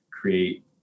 create